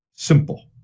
simple